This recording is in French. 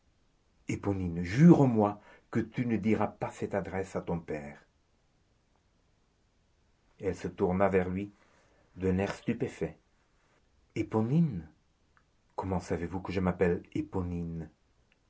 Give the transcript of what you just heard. éponine jure-moi que tu ne diras pas cette adresse à ton père elle se tourna vers lui d'un air stupéfait éponine comment savez-vous que je m'appelle